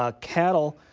um cattle,